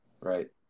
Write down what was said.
Right